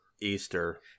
Easter